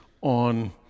on